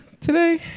today